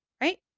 right